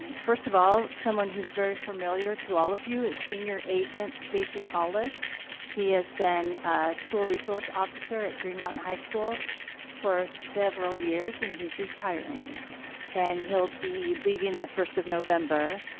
first of all someone who's very familiar to all of you is senior agent stacie collis he has been a school resource officer at green mountain high school for several years and he's retiring and he'll be leaving the first of november.